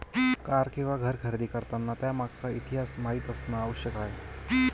car किंवा घर खरेदी करताना त्यामागचा इतिहास माहित असणे आवश्यक आहे